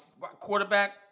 quarterback